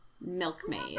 milkmaid